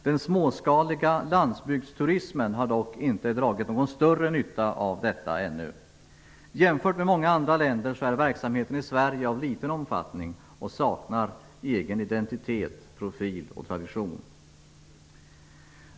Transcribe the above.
Den småskaliga landsbygdsturismen har dock inte dragit någon större nytta av detta ännu. Jämfört med många andra länder är verksamheten i Sverige av liten omfattning och saknar identitet, profil och tradition.